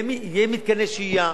יהיו מתקני שהייה.